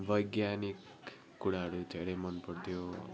वैज्ञानिक कुराहरू धेरै मन पर्थ्यो